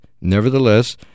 nevertheless